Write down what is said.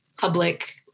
public